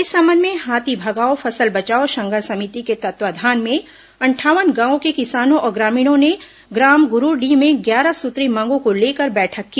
इस संबंध में हाथी भगाओ फसल बचाओ संघर्ष समिति के तत्वावधान में अंठावन गांवों के किसानों और ग्रामीणों ने ग्राम ग्डरूडीह में ग्यारह सूत्रीय मांगों को लेकर बैठक की